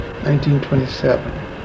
1927